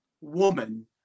woman